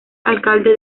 alcalde